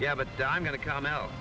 yeah but i'm going to come out